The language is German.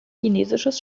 chinesisches